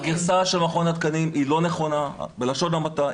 הגרסה של מכון התקנים היא לא נכונה, בלשון המעטה.